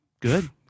Good